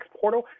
Portal